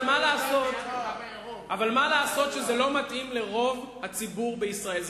אבל מה לעשות שזה לא מתאים לרוב הציבור בישראל.